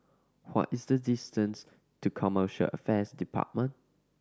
what is the distance to Commercial Affairs Department